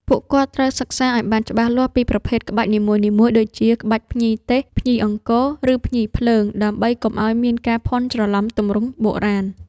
ពួកគាត់ត្រូវសិក្សាឱ្យបានច្បាស់លាស់ពីប្រភេទក្បាច់នីមួយៗ ដូចជាក្បាច់ភ្ញីទេស ភ្ញីអង្គរ ឬភ្ញីភ្លើង ដើម្បីកុំឱ្យមានការភាន់ច្រឡំទម្រង់បុរាណ។